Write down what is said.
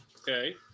Okay